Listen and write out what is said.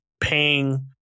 paying